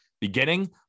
beginning